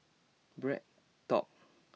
BreadTalk